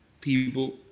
people